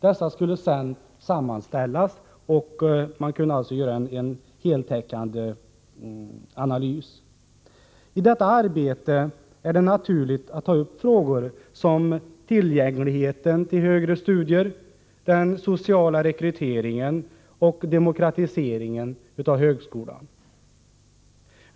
Dessa skulle sedan sammanställas så att man fick en heltäckande analys. I detta arbete är det naturligt att ta upp sådana frågor som tillgängligheten till högre studier, den sociala rekryteringen och demokratiseringen av högskolan.